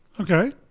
Okay